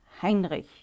heinrich